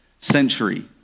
Century